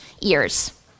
ears